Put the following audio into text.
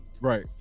Right